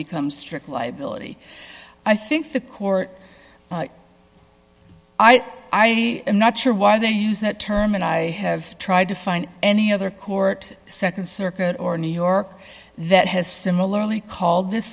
becomes strict liability i think the court i i i'm not sure why they use that term and i have tried to find any other court nd circuit or new york that has similarly called this